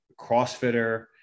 CrossFitter